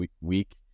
week